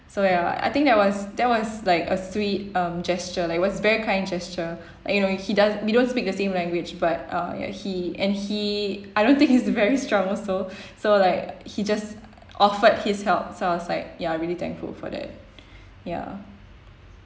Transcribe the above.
so ya I think that was that was like a sweet um gesture like it was very kind gesture like you know he do~ we don't speak the same language but uh ya he and he I don't think he's very strong also so like he just offered his help so I was like ya really thankful for that ya